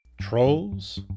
Trolls